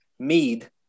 Mead